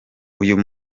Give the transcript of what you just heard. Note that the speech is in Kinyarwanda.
uyu